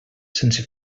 sense